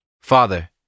Father